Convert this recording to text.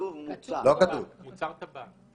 כתוב מוצר טבק.